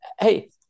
Hey